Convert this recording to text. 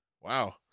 wow